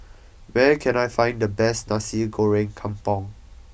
where can I find the best Nasi Goreng Kampung